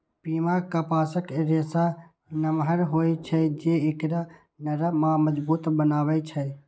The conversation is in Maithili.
पीमा कपासक रेशा नमहर होइ छै, जे एकरा नरम आ मजबूत बनबै छै